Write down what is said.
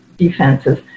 defenses